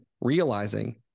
realizing